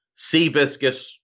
Seabiscuit